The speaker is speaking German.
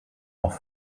auch